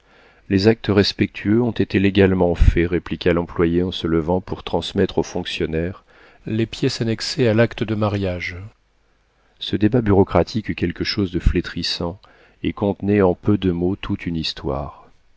les actes respectueux ont été légalement faits répliqua l'employé en se levant pour transmettre au fonctionnaire les pièces annexées à l'acte de mariage ce débat bureaucratique eut quelque chose de flétrissant et contenait en peu de mots toute une histoire